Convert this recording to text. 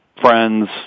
friends